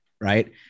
right